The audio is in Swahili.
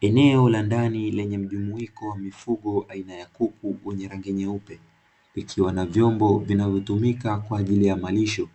Eneo la ndani lenye mjumuiko wa mifugo aina ya kuku wenye rangi nyeupe, likiwa na vyombo vinavyotumika kwa ajili ya malisho,